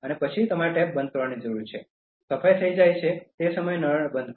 હવે તમારે ટેપ બંધ કરવાની જરૂર છે સફાઈ થઈ જાય તે સમયે નળને બંધ કરો